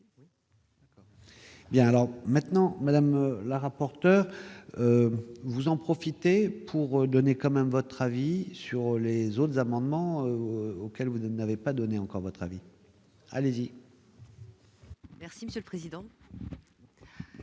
Bien, alors maintenant, madame la rapporteure, vous en profitez pour donner quand même votre avis sur les autres amendements auxquels vous n'avez pas donné encore à votre avis. Merci Monsieur le président. Je